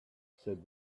said